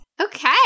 Okay